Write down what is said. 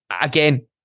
again